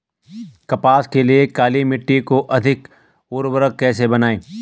कपास के लिए काली मिट्टी को अधिक उर्वरक कैसे बनायें?